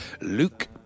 Luke